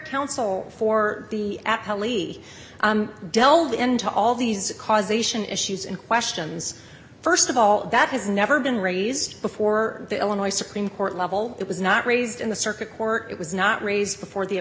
counsel for the actually delved into all these cars zation issues and questions st of all that has never been raised before the illinois supreme court level it was not raised in the circuit court it was not raised before the